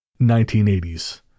1980s